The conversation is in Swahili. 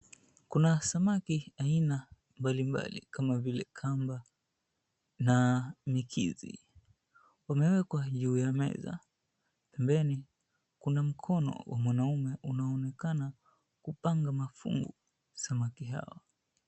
Kuna samaki aina mbalimbali kama vile kamba na mikizi. Wamewekwa juu ya meza. Pembeni kuna mkono wa mwanaume unaoonekana kupanga mafungu samaki hao.